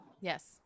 Yes